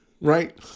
Right